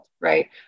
right